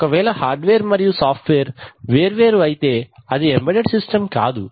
ఒకవేళ హార్డ్వేర్ మరియు software వేర్వేరు అయితే అది ఎంబెడెడ్ సిస్టమ్ కాదు